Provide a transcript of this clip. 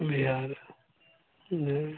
Bihar